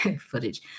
footage